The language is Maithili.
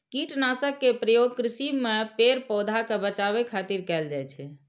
कीटनाशक के प्रयोग कृषि मे पेड़, पौधा कें बचाबै खातिर कैल जाइ छै